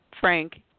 Frank